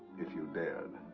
if you dared.